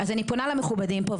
אני פונה למכובדים פה,